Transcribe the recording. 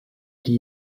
die